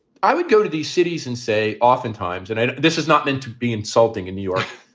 i would go to these cities and say oftentimes, and and this is not meant to be insulting in new york.